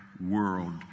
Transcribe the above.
world